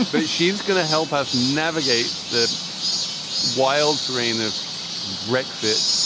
but she's gonna help us navigate the wild terrain of brexit.